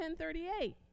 10.38